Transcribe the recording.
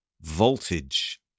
voltage